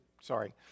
sorry